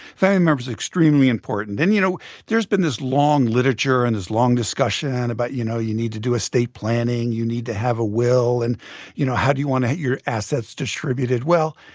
family members are extremely important. and you know there's been this long literature and this long discussion about you know you need to do estate planning, you need to have a will and you know how do you want to get your assets distributed. well,